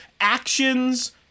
actions